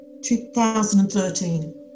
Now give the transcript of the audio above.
2013